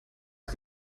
ist